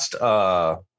last